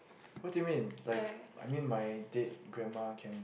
what do you mean like I mean my dad grandma can